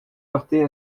heurter